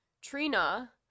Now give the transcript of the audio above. Trina